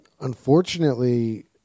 unfortunately